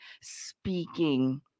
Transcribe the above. speaking